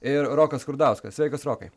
ir rokas skurdauskas sveikas rokai